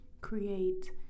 create